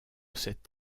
cet